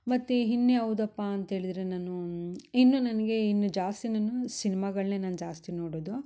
ಮತ್ತು ಇನ್ನ ಯಾವುದಪ್ಪ ಅಂತೇಳಿದರೆ ನಾನೂ ಇನ್ನು ನನಗೆ ಇನ್ನು ಜಾಸ್ತಿ ನಾನು ಸಿನ್ಮಾಗಳನ್ನೇ ನಾನು ಜಾಸ್ತಿ ನೋಡೋದು